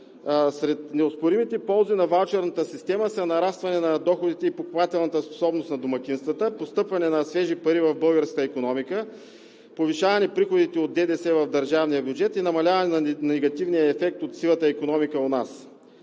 Сред неоспоримите ползи на ваучерната система са: нарастване на доходите и покупателната способност на домакинствата; постъпване на свежи пари в българската икономика; повишаване приходите от ДДС в държавния бюджет и намаляване на негативния ефект от сивата икономика у нас